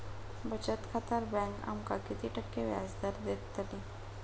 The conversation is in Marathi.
बचत खात्यार बँक आमका किती टक्के व्याजदर देतली?